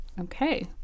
Okay